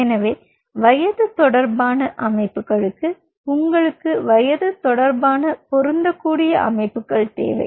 எனவே வயது தொடர்பான அமைப்புகளுக்கு உங்களுக்கு வயது தொடர்பான பொருந்தக்கூடிய அமைப்புகள் தேவை